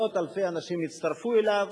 מאות אלפי אנשים הצטרפו אליו.